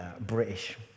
British